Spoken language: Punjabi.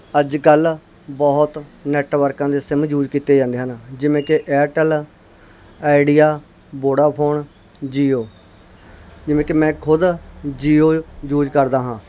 ਅੱਜ ਕੱਲ੍ਹ ਬਹੁਤ ਨੈਟਵਰਕਾਂ ਦੇ ਸਿੰਮ ਯੂਜ ਕੀਤੇ ਜਾਂਦੇ ਹਨ ਜਿਵੇਂ ਕਿ ਏਅਰਟੈਲ ਆਈਡੀਆ ਬੋਡਾਫੋਨ ਜੀਓ ਜਿਵੇਂ ਕਿ ਮੈਂ ਖੁਦ ਜੀਓ ਯੂਜ ਕਰਦਾ ਹਾਂ